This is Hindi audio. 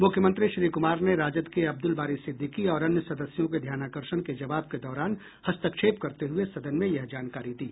मुख्यमंत्री श्री कुमार ने राजद के अब्दुल बारी सिद्दीकी और अन्य सदस्यों के ध्यानाकर्षण के जवाब के दौरान हस्तक्षेप करते हुए सदन में यह जानकारी दी